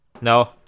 No